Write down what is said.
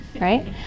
right